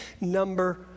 number